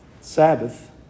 Sabbath